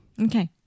Okay